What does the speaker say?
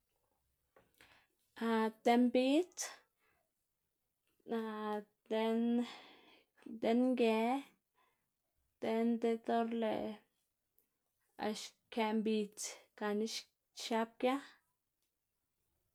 dën bidz dën dën ngë, dën diꞌt or lëꞌ xkëꞌ mbidz gana xiab gia.